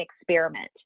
experiment